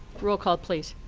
roll call, please.